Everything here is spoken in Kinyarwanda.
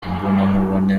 imbonankubone